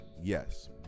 Yes